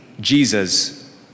Jesus